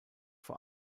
vor